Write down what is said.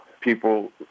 people